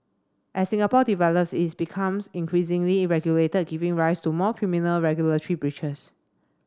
as Singapore develops it's becomes increasingly regulated giving rise to more criminal regulatory breaches